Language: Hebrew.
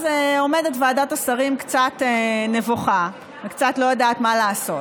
אז עומדת ועדת השרים קצת נבוכה וקצת לא יודעת מה לעשות,